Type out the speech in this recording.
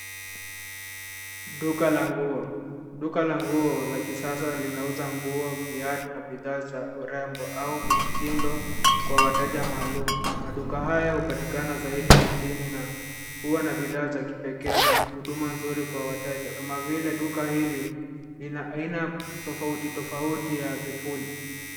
Duka la nguo. Duka la nguo la kisasa linauza nguo, viatu na bidhaa za urembo au mitindo kwa wateja maalu. Maduka haya hupatikana zaidi mijini na huwa na bidhaa za kipekee na huduma nzuri kwa wateja kama vile duka hili ina aina tofautitofauti ya vipuli.